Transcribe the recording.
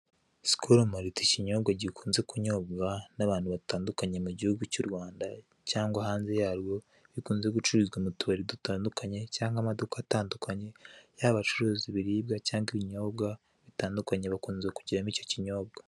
Sikolo marite ikinyobwa gikunze kunyobwa n'abantu batandukanye mu gihugu cy'u Rwanda, cyangwa hanze yarwo, rukunze gucururizwa mu tubari dutandukanye cyangwa amaduka atandukanye, yaba abacuruza ibiribwa cyangwa ibinyobwa bitandukanye bakunze kugira icyo kinyobwa.